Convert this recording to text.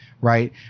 right